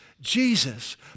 Jesus